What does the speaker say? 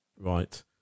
Right